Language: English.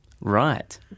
Right